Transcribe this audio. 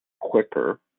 quicker